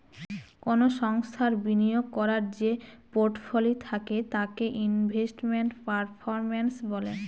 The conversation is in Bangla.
কোনো সংস্থার বিনিয়োগ করার যে পোর্টফোলি থাকে তাকে ইনভেস্টমেন্ট পারফরম্যান্স বলে